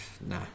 Nah